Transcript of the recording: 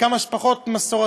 כמה שפחות מסורתי,